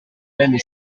bene